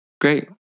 Great